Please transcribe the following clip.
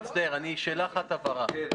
שאלת הבהרה אחת.